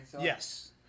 Yes